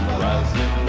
rising